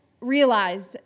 realize